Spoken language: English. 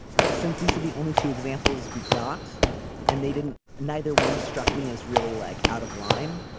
but since these are the only two examples we got and they didn't. neither one struck me as really like out of line.